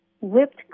Whipped